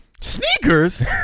Sneakers